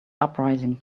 uprising